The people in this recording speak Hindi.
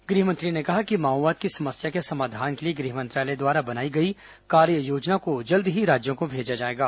गृहमंत्री ने कहा कि माओवाद की समस्या के समाधान के लिए गृह मंत्रालय द्वारा बनाई गई कार्ययोजना को जल्द ही राज्यों को भेजा जाएगा